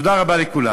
תודה רבה לכולם.